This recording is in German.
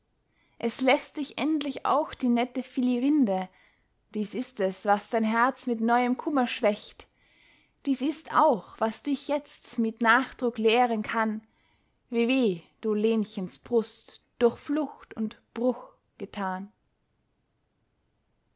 es läßt dich endlich auch die nette philirinde dies ist es was dein herz mit neuem kummer schwächt dies ist auch was dich jetzt mit nachdruck lehren kann wie weh du lenchens brust durch flucht und bruch getan